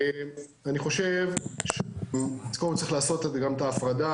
צריך לעשות גם את ההפרדה,